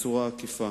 בצורה עקיפה.